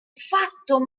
fatto